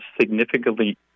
significantly